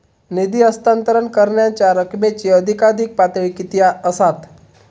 निधी हस्तांतरण करण्यांच्या रकमेची अधिकाधिक पातळी किती असात?